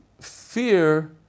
fear